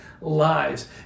lives